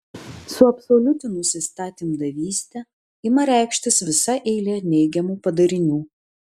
suabsoliutinus įstatymdavystę ima reikštis visa eilė neigiamų padarinių